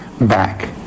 back